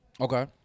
Okay